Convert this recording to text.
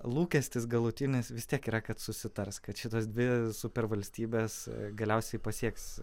lūkestis galutinis vis tiek yra kad susitars kad šitos dvi supervalstybės galiausiai pasieks